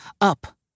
Up